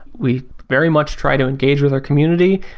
we very much try to engage with our community.